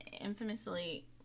infamously